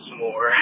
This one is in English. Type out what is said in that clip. more